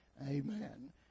Amen